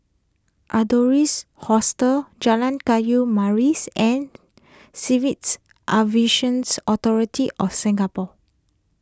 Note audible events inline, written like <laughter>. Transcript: Adonis Hostel Jalan Kayu <unintelligible> and <unintelligible> Authority of Singapore